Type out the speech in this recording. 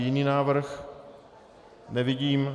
Jiný návrh nevidím.